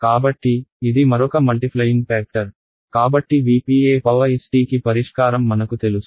కాబట్టి ఇది మరొక మల్టిఫ్లయింగ్ ప్యాక్టర్ కాబట్టి V p est కి పరిష్కారం మనకు తెలుసు